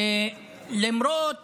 למרות